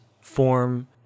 form